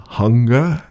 hunger